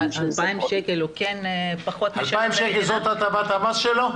2,000 שקל זאת הטבת המס שלו?